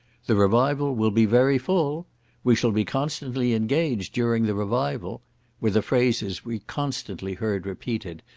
the revival will be very full we shall be constantly engaged during the revival were the phrases we constantly heard repeated,